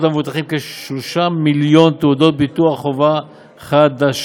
למבוטחים כ-3 מיליון תעודות ביטוח חובה חדשות,